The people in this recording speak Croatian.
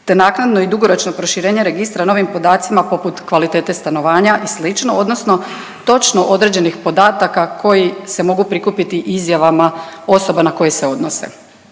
te naknadno i dugoročno proširenje registra novim podacima poput kvalitete stanovanja i sl. odnosno točno određenih podataka koji se mogu prikupiti izjavama osobama na koje se odnose.